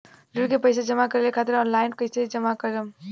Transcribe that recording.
ऋण के पैसा जमा करें खातिर ऑनलाइन कइसे जमा करम?